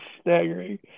staggering